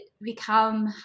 become